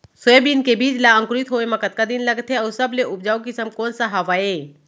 Soybean के बीज ला अंकुरित होय म कतका दिन लगथे, अऊ सबले उपजाऊ किसम कोन सा हवये?